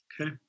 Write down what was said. Okay